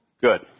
Good